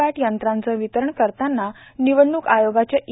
पॅट यंत्राचे वितरण करताना निवडणूक आयोगाच्या इ